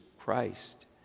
Christ